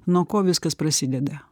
nuo ko viskas prasideda